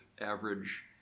average